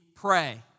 Pray